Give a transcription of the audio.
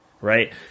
right